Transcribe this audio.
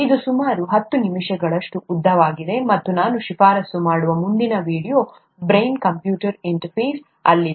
ಇದು ಸುಮಾರು ಹತ್ತು ನಿಮಿಷಗಳಷ್ಟು ಉದ್ದವಾಗಿದೆ ಮತ್ತು ನಾನು ಶಿಫಾರಸು ಮಾಡುವ ಮುಂದಿನ ವೀಡಿಯೊ ಬ್ರೈನ್ ಕಂಪ್ಯೂಟರ್ ಇಂಟರ್ಫೇಸ್ ಅಲ್ಲಿದೆ